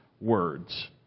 words